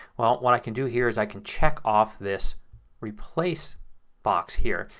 well, what i can do here is i can check off this replace box here.